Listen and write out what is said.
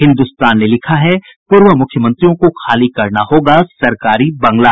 हिन्दुस्तान ने लिखा है पूर्व मुख्यमंत्रियों को खाली करना होगा सरकारी बंगला